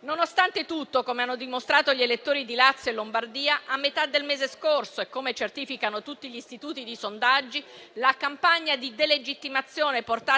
Nonostante tutto - come hanno dimostrato gli elettori di Lazio e Lombardia - a metà del mese scorso e come certificano tutti gli istituti di sondaggi, la campagna di delegittimazione portata